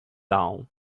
down